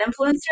influencer